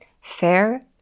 fair